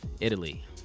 Italy